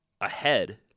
ahead